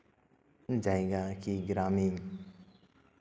ᱡᱟᱭᱜᱟ ᱠᱤ ᱜᱨᱟᱢᱤᱱ